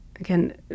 again